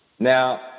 Now